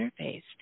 interface